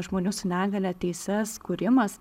žmonių su negalia teises kūrimas